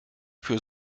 für